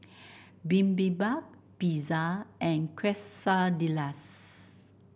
Bibimbap Pizza and Quesadillas